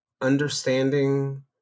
understanding